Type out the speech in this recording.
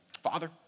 Father